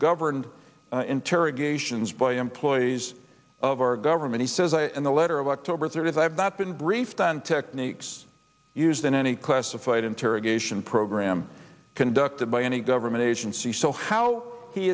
governed interrogations by employees of our government he says i in the letter of october third i have not been briefed on techniques used in any classified interrogation program conducted by any government agency so how he